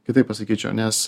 kitaip pasakyčiau nes